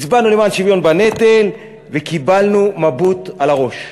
הצבענו למען שוויון בנטל וקיבלנו נבוט על הראש.